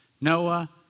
Noah